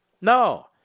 No